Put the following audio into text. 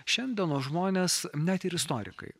šiandienos žmones net ir istorikai